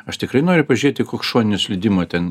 aš tikrai noriu pažiūrėti koks šoninio slydimo ten